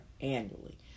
annually